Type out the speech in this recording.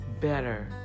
better